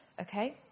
okay